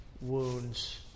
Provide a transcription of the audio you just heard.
wounds